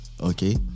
okay